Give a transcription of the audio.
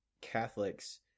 Catholics